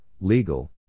legal